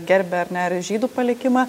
gerbia ar ne ir žydų palikimą